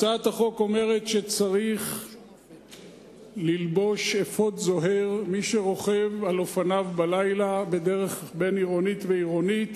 הצעת החוק אומרת שמי שרוכב על אופניו בלילה בדרך בין-עירונית ועירונית